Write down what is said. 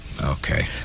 Okay